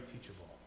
teachable